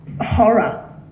horror